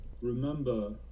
Remember